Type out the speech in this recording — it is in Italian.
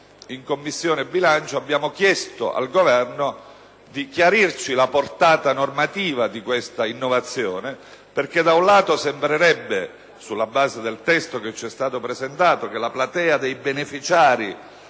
in Commissione bilancio abbiamo chiesto al Governo di chiarirci la portata normativa dell'innovazione proposta, perché da un lato sembrerebbe, sulla base del testo che ci è stato presentato, che la platea dei beneficiari